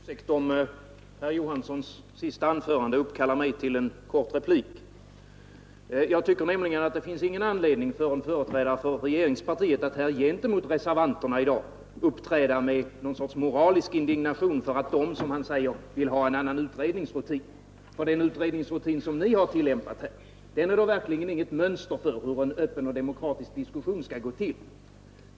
Herr talman! Jag ber om ursäkt, men herr Johanssons i Trollhättan senaste anförande uppkallar mig till en kort replik. Jag tycker nämligen att det inte finns någon anledning för en företrädare för regeringspartiet att gentemot reservanterna i dag uppträda med någon sorts moralisk indignation därför att de, som han säger, vill ha en annan utredningsrutin. Den utredningsrutin som ni har tillämpat här är verkligen inget mönster för hur en öppen och demokratisk diskussion skall gå till.